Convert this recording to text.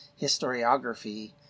historiography